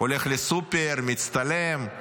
הולך לסופר, מצטלם.